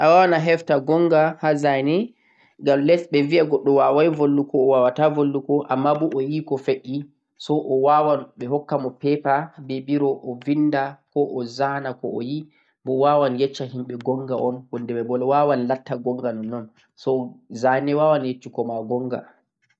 Aà awawan a hefta gonga ha zane ngam toh goɗɗo wawai volwuki amma oyii ko feɗ'e bo owawan ovinda hado ɗarewol ko oyii man.